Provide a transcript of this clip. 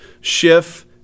Schiff